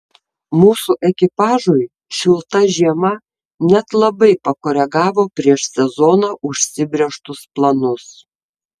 mūsų ekipažui šilta žiema net labai pakoregavo prieš sezoną užsibrėžtus planus